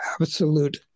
absolute